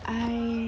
I